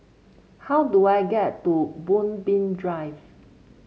how do I get to Moonbeam Drive